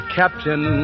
captain